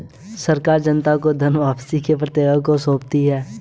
सरकार जनता को धन वापसी के प्रतिज्ञापत्र को सौंपती है